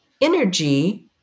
Energy